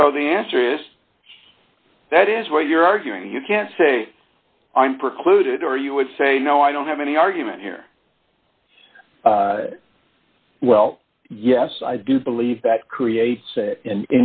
so the answer is that is what you're arguing you can't say i'm precluded or you would say no i don't have any argument here well yes i do believe that create